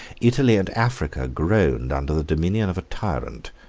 italy and africa groaned under the dominion of a tyrant,